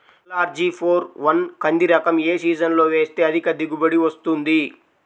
LRG four one కంది రకం ఏ సీజన్లో వేస్తె అధిక దిగుబడి వస్తుంది?